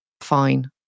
fine